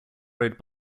road